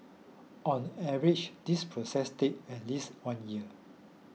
on average this process take at least one year